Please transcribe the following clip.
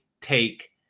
take